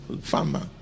farmer